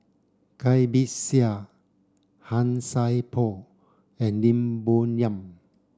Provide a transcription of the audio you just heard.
Cai Bixia Han Sai Por and Lim Bo Yam